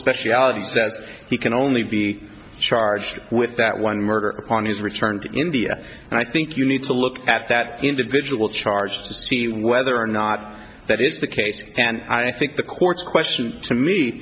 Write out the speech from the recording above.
speciality says he can only be charged with that one murder upon his return to india and i think you need to look at that individual charge to see whether or not that is the case and i think the court's question to me